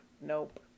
nope